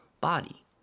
body